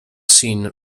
seen